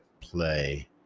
play